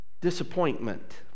disappointment